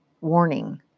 Warning